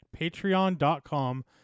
patreon.com